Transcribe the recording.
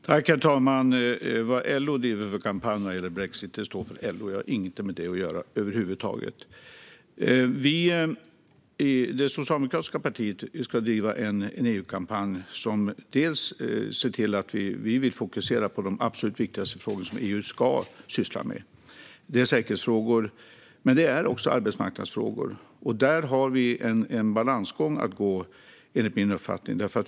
Herr talman! Vad LO driver för kampanj vad gäller brexit står för LO. Jag har ingenting med det att göra över huvud taget. Vi i det socialdemokratiska partiet vill driva en EU-kampanj där vi fokuserar på de absolut viktigaste frågorna som EU ska syssla med. Det är säkerhetsfrågor, men det är också arbetsmarknadsfrågor. Där har vi en balansgång att gå, enligt min uppfattning.